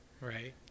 Right